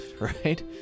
right